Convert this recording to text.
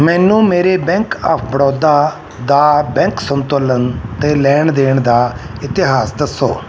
ਮੈਨੂੰ ਮੇਰੇ bank of Baroda ਦਾ ਬੈਂਕ ਸੰਤੁਲਨ ਅਤੇ ਲੈਣ ਦੇਣ ਦਾ ਇਤਿਹਾਸ ਦੱਸੋ